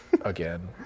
again